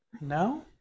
No